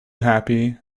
happy